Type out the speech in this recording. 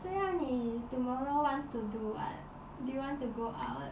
这样你 tomorrow want to do what do you want to go out